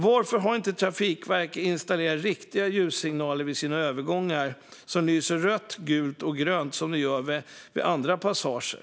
Varför har inte Trafikverket vid sina övergångar installerat riktiga ljussignaler som lyser rött, gult och grönt som vid andra passager?